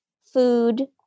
food